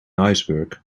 iceberg